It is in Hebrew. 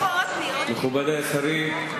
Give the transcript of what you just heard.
מכובדי השרים,